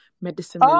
medicine